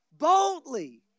Boldly